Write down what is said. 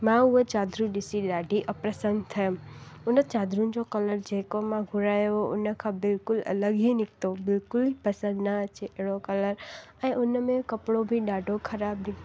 मां उहे चादरूं ॾिसी ॾाढी अप्रसन थियमि हुन चादरुनि जो कलर जेको बि मां घुरायो हुओ हुन खां बिल्कुलु अलॻि ई निकितो बिल्कुल ई पसंदि न अचे अहिड़ो कलर ऐं हुन में कपिड़ो बि ॾाढो ख़राब निकितो